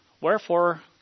Wherefore